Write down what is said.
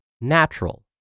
natural